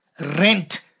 Rent